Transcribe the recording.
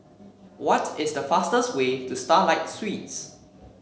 what is the fastest way to Starlight Suites